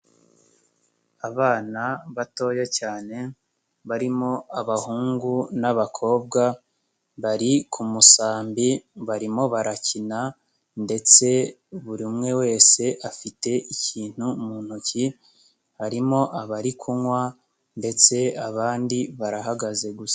Abana batoya cyane barimo abahungu n'abakobwa, bari musambi barimo barakina ndetse buri umwe wese afite ikintu mu ntoki, harimo abari kunywa ndetse abandi barahagaze gusa.